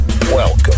welcome